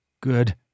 Good